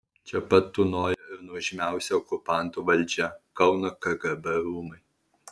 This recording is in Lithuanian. čia pat tūnojo ir nuožmiausia okupantų valdžia kauno kgb rūmai